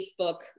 Facebook